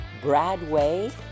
Bradway